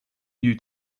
new